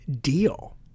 deal